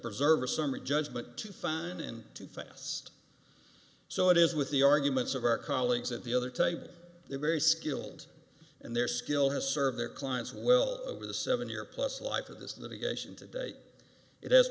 preserve a summary judgment to find and to fast so it is with the arguments of our colleagues at the other table they are very skilled and their skill has served their clients will over the seven year plus life of this litigation to date it